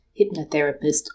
hypnotherapist